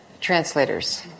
translators